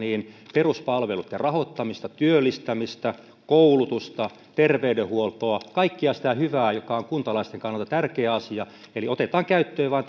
peruspalvelut ja rahoittamista työllistämistä koulutusta terveydenhuoltoa kaikkea sitä hyvää joka on kuntalaisten kannalta tärkeä asia eli otetaan vain